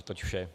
Toť vše.